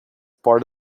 part